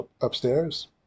upstairs